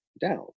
down